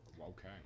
Okay